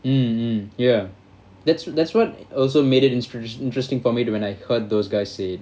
mm mm ya that's that's what also made it interes~ interesting for me th~ when I heard those guys say it